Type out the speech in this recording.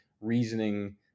reasoning